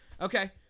Okay